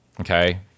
okay